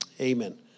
Amen